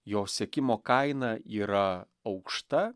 jo sekimo kaina yra aukšta